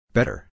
Better